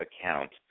account